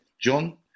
John